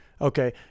Okay